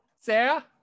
Sarah